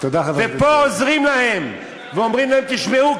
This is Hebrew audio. ופה עוזרים להם ואומרים להם: תשמעו,